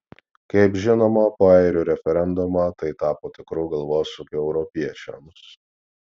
kaip žinoma po airių referendumo tai tapo tikru galvosūkiu europiečiams